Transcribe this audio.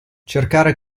cercare